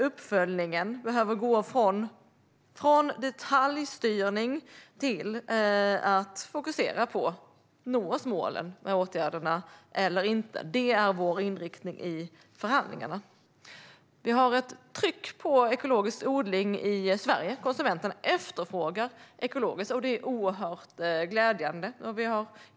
Uppföljningen behöver gå från detaljstyrning till att fokusera på om målen för åtgärderna nås eller inte. Detta är vår inriktning i förhandlingarna. Det finns ett tryck i Sverige på ekologisk odling. Konsumenterna efterfrågar det ekologiska, vilket är oerhört glädjande.